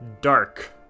dark